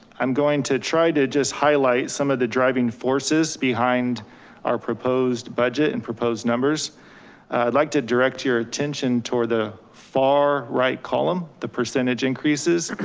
i'm going to try to just highlight some of the driving forces behind our proposed budget and proposed numbers. i'd like to direct your attention toward the far right column. the percentage increases.